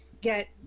get